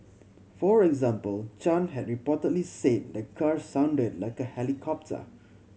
for example Chan had reportedly say the car sounded like a helicopter